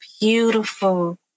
beautiful